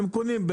הם קונים,